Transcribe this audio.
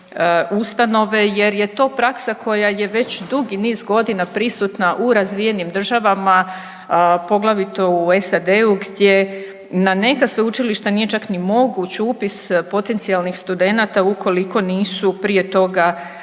jer je to praksa koja je već dugi niz godina prisutna u razvijenim državama, poglavito u SAD-u gdje na neka sveučilišta nije čak ni moguć upis potencijalnih studenata ukoliko nisu prije toga